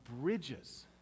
bridges